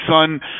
son